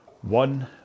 one